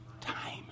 Time